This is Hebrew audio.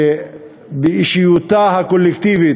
ממשלה שאישיותה הקולקטיבית,